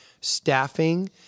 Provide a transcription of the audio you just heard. staffing